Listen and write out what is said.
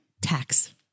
Tax